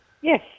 Yes